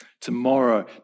tomorrow